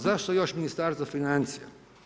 Zašto još Ministarstvo financija?